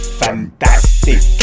fantastic